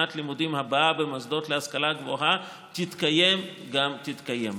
שנת הלימודים הבאה במוסדות להשכלה גבוהה תתקיים גם תתקיים.